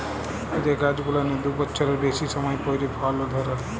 যে গাইছ গুলানের দু বচ্ছরের বেইসি সময় পইরে ফল ধইরে